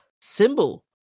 symbol